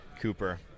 Cooper